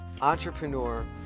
entrepreneur